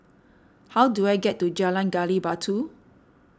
how do I get to Jalan Gali Batu